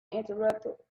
interrupted